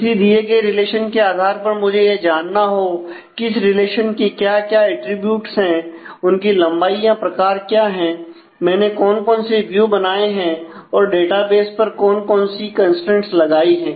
किसी दिए गए रिलेशन के आधार पर मुझे यह जानना हो किस रिलेशन की क्या क्या अटरीब्यूट है उनकी लंबाई या प्रकार क्या है मैंने कौन कौन से व्यू लगाई गई है